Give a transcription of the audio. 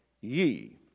ye